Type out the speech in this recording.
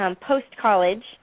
post-college